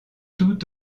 tout